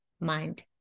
mind